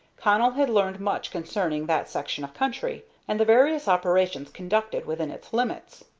connell had learned much concerning that section of country, and the various operations conducted within its limits.